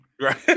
Right